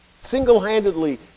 Single-handedly